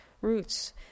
Roots